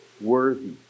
worthy